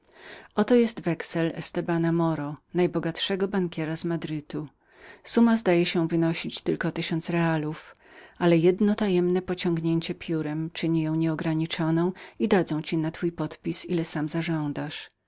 oto jest wexel na estevana moro najbogatszego bankiera z madrytu summa zdaje się tylko wynosić tysiąc realów ale jeden tajemny pociąg pióra czyni ją nieograniczoną i dadzą ci na twój podpis ile sam zażądasz